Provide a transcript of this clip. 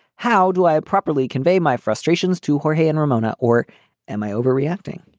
how do i properly convey my frustrations to her? hey, and ramona. or am i overreacting?